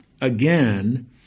again